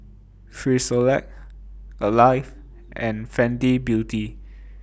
Frisolac Alive and Fenty Beauty